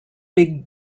big